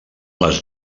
les